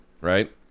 right